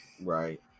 Right